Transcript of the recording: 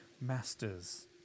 masters